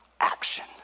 action